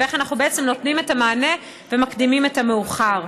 ואיך אנחנו בעצם נותנים את המענה ומקדימים את המאוחר.